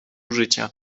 życia